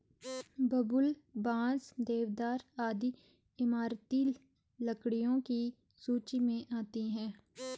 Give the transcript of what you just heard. बबूल, बांस, देवदार आदि इमारती लकड़ियों की सूची मे आती है